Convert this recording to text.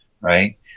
right